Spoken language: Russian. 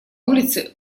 улицы